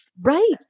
Right